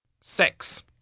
Sex